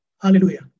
Hallelujah